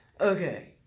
Okay